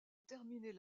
terminer